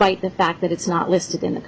fight the fact that it's not listed in the